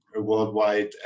worldwide